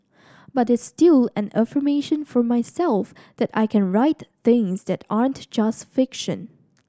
but it's still an affirmation for myself that I can write things that aren't just fiction